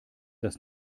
das